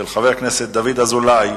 של חבר הכנסת דוד אזולאי: